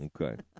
Okay